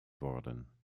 worden